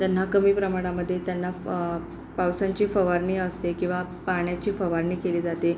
त्यांना कमी प्रमाणामध्ये त्यांना पावसाची फवारणी असते किंवा पाण्याची फवारणी केली जाते